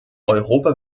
europa